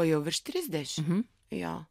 jau virš trisdešim jo